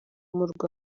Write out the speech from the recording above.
umurwa